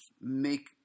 make